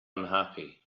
unhappy